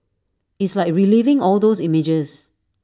it's like reliving all those images